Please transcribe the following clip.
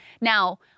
Now